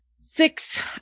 six